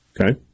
Okay